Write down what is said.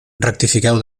rectifiqueu